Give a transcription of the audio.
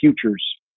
futures